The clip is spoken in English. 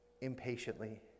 impatiently